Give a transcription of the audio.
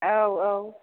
औ औ